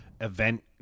Event